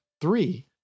three